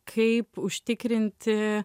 kaip užtikrinti